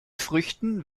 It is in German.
früchten